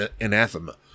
anathema